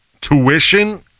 tuition